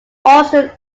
austin